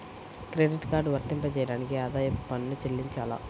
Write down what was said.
Credit card వర్తింపజేయడానికి ఆదాయపు పన్ను చెల్లించాలా?